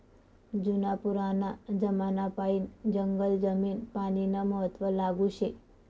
जुना पुराना जमानापायीन जंगल जमीन पानीनं महत्व लागू शे